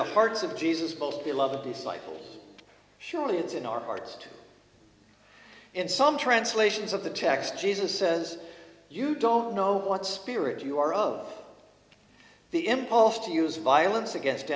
the hearts of jesus both the love of the site surely it's in our hearts in some translations of the text jesus says you don't know what spirit you are of the impulse to use violence against